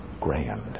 grand